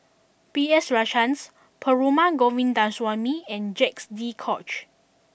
B S Rajhans Perumal Govindaswamy and Jacques de Coutre